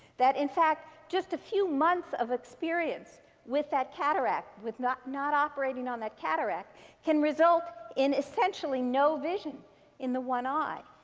that, in fact, just a few months of experience with that cataract with not not operating on that cataract can result in essentially no vision in the one eye.